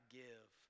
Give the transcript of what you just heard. give